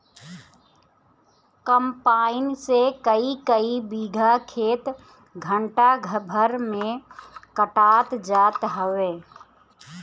combine से कईकई बीघा खेत घंटा भर में कटात जात हवे